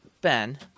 Ben